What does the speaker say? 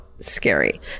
Scary